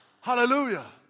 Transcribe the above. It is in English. Hallelujah